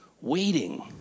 waiting